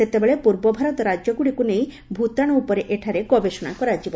ସେତେବେଳେ ପୂର୍ବଭାରତ ରାକ୍ୟଗୁଡ଼ିକୁ ନେଇ ଭୂତାଣୁ ଉପରେ ଏଠାରେ ଗବେଷଣା କରାଯିବ